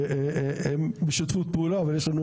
אנחנו בשותפות פעולה ועוד יש לנו